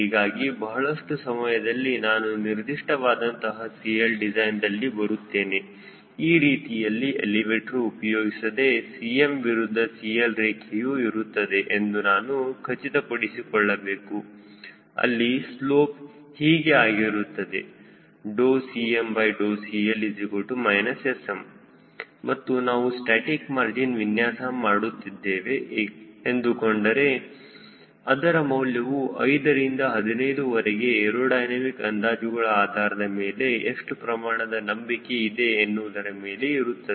ಹೀಗಾಗಿ ಬಹಳಷ್ಟು ಸಮಯದಲ್ಲಿ ನಾನು ನಿರ್ದಿಷ್ಟವಾದಂತಹ 𝐶Ldecignದಲ್ಲಿ ಬರುತ್ತೇನೆ ಈ ರೀತಿಯಲ್ಲಿ ಎಲಿವೇಟರ್ ಉಪಯೋಗಿಸದೆ Cm ವಿರುದ್ಧ CL ರೇಖೆಯು ಇರುತ್ತದೆ ಎಂದು ನಾನು ಖಚಿತಪಡಿಸಿಕೊಳ್ಳಬೇಕು ಅಲ್ಲಿ ಸ್ಲೋಪ್ ಹೀಗೆ ಆಗಿರುತ್ತದೆ CmCL SM ಮತ್ತು ನಾವು ಸ್ಟಾಸ್ಟಿಕ್ ಮಾರ್ಜಿನ್ ವಿನ್ಯಾಸ ಮಾಡುತ್ತಿದ್ದೇವೆ ಎಂದುಕೊಂಡರೆ ಅದರ ಮೌಲ್ಯವು 5ರಿಂದ 15 ವರೆಗೆ ಏರೋಡೈನಮಿಕ್ ಅಂದಾಜುಗಳ ಆಧಾರದ ಮೇಲೆ ಎಷ್ಟು ಪ್ರಮಾಣದ ನಂಬಿಕೆ ಇದೆ ಎನ್ನುವುದರ ಮೇಲೆ ಇಡುತ್ತೇವೆ